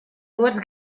dues